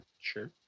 Sure